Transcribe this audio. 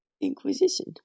Inquisition